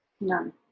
none